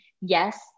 yes